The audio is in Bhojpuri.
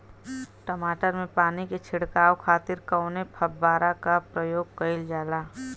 टमाटर में पानी के छिड़काव खातिर कवने फव्वारा का प्रयोग कईल जाला?